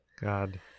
God